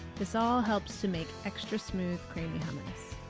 this all helps to make extra smooth creamy hummus.